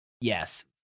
yes